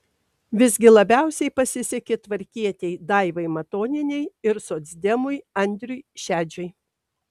visgi labiausiai pasisekė tvarkietei daivai matonienei ir socdemui andriui šedžiui